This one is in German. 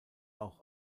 auch